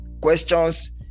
questions